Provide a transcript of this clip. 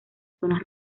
zonas